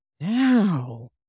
now